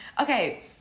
Okay